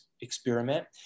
experiment